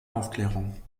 aufklärung